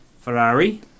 Ferrari